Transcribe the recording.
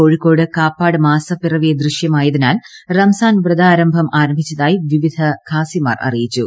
കോഴിക്കോട് കാപ്പാട് മാസപ്പിറവി ദൃശ്യമായതിനാൽ റംസാൻ വ്രതം ആരംഭിച്ചതായി വിവിധ ഖാസിമാർ അറിയിച്ചു